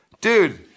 dude